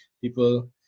people